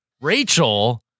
Rachel